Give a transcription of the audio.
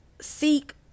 seek